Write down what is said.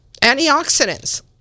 antioxidants